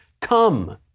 come